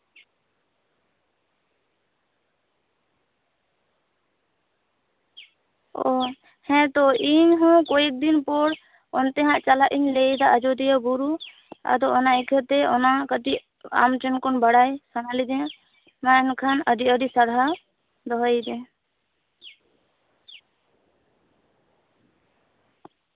ᱚᱸᱻ ᱦᱮᱸᱛᱚ ᱤᱧ ᱦᱚᱸ ᱠᱚᱭᱮᱠ ᱫᱤᱱ ᱯᱚᱨ ᱚᱱᱛᱮ ᱦᱟᱸᱜ ᱪᱟᱞᱟᱜ ᱤᱧ ᱞᱟᱹᱭᱫᱟ ᱟᱡᱚᱫᱤᱭᱟᱹ ᱵᱩᱨᱩ ᱟᱫᱚ ᱚᱱᱟ ᱤᱠᱟᱹᱛᱮ ᱚᱱᱟ ᱠᱟᱹᱴᱤᱡ ᱟᱢ ᱴᱷᱮᱱ ᱠᱷᱚᱱ ᱵᱟᱲᱟᱭ ᱥᱟᱱᱟ ᱞᱤᱫᱤᱧᱟ ᱢᱟ ᱮᱱᱠᱷᱟᱱ ᱟᱹᱰᱤ ᱟᱹᱰᱤ ᱥᱟᱨᱦᱟᱣ ᱫᱚᱦᱚᱭᱤᱫᱟᱹᱧ